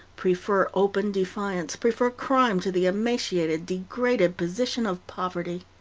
prefer open defiance, prefer crime to the emaciated, degraded position of poverty.